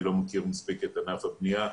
אני לא מכיר מספיק את ענף הבנייה,